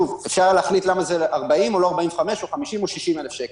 אפשר היה להחליט למה זה 40 או לא 45 או 50 או 60 אלף שקל